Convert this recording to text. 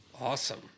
Awesome